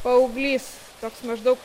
paauglys toks maždaug